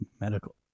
medical